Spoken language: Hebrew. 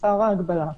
תוסר ההגבלה.